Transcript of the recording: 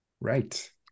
Right